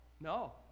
no